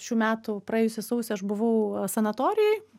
šių metų praėjusį sausį aš buvau sanatorijoj